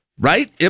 Right